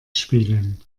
spielen